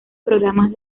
programas